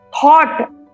thought